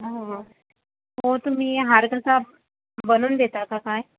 हो हो तुम्ही हार तसा बनवून देता का काय